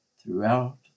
throughout